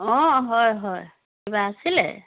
অঁ হয় হয় কিবা আছিলে